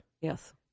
Yes